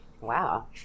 Wow